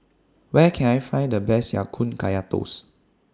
Where Can I Find The Best Ya Kun Kaya Toast